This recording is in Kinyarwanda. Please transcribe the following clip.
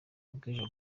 bw’ejo